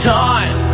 time